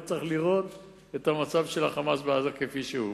לא צריך לראות את המצב של ה"חמאס" בעזה כפי שהוא.